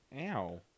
ow